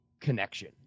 connection